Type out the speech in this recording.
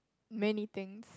many things